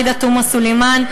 עאידה תומא סלימאן,